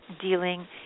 dealing